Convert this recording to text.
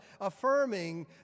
affirming